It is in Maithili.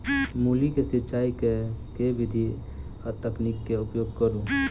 मूली केँ सिचाई केँ के विधि आ तकनीक केँ उपयोग करू?